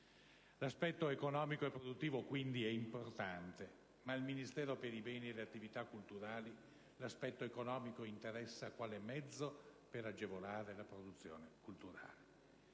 L'aspetto economico e produttivo, quindi, è importante, ma al Ministero per i beni e le attività culturali l'aspetto economico interessa quale mezzo per agevolare la produzione culturale;